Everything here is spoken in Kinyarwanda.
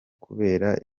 kubera